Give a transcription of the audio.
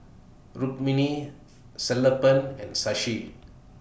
Rukmini Sellapan and Sashi